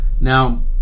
Now